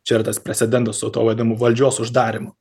čia yra tas precedentas su tuo vadinamu valdžios uždarymu